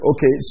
Okay